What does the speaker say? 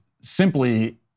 simply